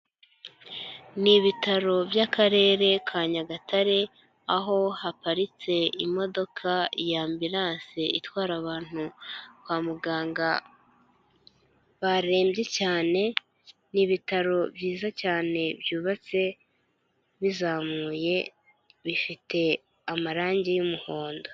Ni ibitaro by' Akarere ka Nyagatare, aho haparitse imodoka ya Ambulance itwara abantu kwa muganga barembye cyane, ni ibitaro byiza cyane byubatse, bizamuye, bifite amarangi y'umuhondo.